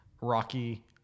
rocky